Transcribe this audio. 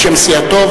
בשם סיעתו.